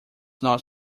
not